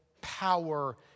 power